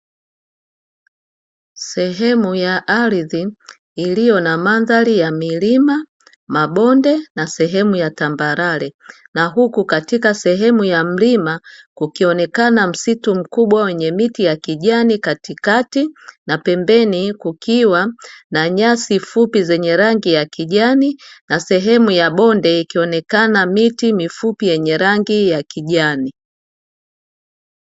Sehemu ya ardhi iliyo na mandhari ya milima, mabonde na sehemu ya tambarare, na huku katika sehemu ya mlima, kukionekana msitu mkubwa wenye miti ya kijani katikati, na pembeni kukiwa na nyasi fupi zenye rangi ya kijani, na sehemu ya bonde ikionekana miti mifupi yenye rangi ya kijani.